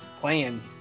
playing